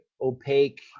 opaque